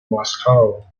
moscow